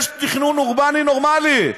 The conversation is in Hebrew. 3% יש תכנון אורבני נורמלי.